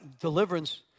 deliverance